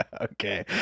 Okay